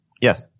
Yes